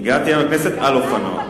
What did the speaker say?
הגעתי היום לכנסת על אופנוע.